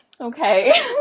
Okay